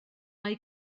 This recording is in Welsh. mae